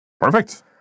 Perfect